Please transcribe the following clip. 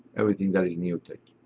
everything that is new-tech.